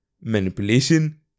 manipulation